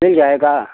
मिल जाएगा